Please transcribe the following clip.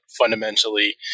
fundamentally